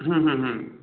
হুম হুম হুম